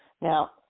Now